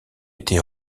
été